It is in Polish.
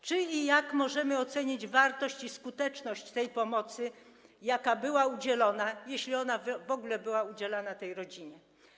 Czy i jak możemy ocenić wartość i skuteczność pomocy, jaka została udzielona, jeśli w ogóle była udzielana, tej rodzinie?